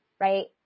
right